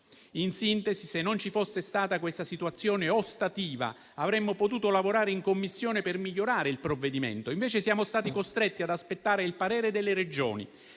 In sintesi, se non ci fosse stata questa situazione ostativa, avremmo potuto lavorare in Commissione per migliorare il provvedimento; invece siamo stati costretti ad aspettare il parere delle Regioni,